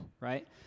right